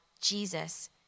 Jesus